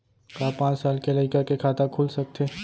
का पाँच साल के लइका के खाता खुल सकथे?